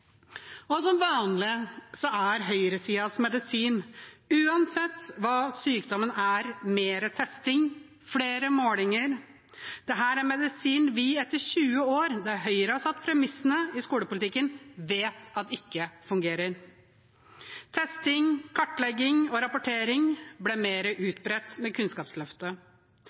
Og som vanlig er høyresidens medisin, uansett hva sykdommen er, mer testing, flere målinger. Dette er en medisin vi etter 20 år, der Høyre har satt premissene i skolepolitikken, vet at ikke fungerer. Testing, kartlegging og rapportering ble mer utbredt med Kunnskapsløftet.